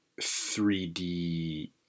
3D